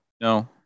no